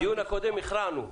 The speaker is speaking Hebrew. בדיון הקודם הכרענו.